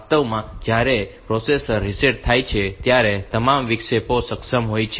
વાસ્તવમાં જ્યારે processor reset થાય છે ત્યારે તમામ વિક્ષેપો સક્ષમ હોય છે